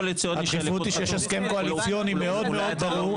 --- הדחיפות היא שיש הסכם קואליציוני מאוד ברור.